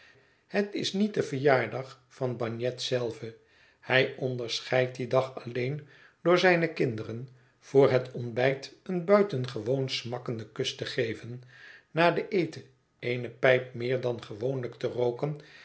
het is niet de verjaardag van bagnet zelven hij onderscheidt dien dag alleen door zijnen kinderen voor het ontbijt een buitengewoon smakkenden kus te geven na den eten eene pijp meer dan gewoonlijk te rooken